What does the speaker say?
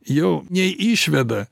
jau neišveda